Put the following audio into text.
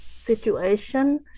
situation